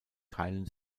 teilen